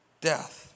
death